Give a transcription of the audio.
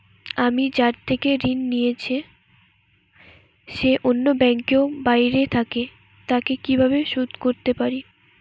আমি যার থেকে ঋণ নিয়েছে সে অন্য ব্যাংকে ও বাইরে থাকে, তাকে কীভাবে শোধ করতে পারি?